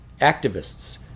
activists